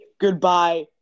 goodbye